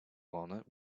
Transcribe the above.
walnut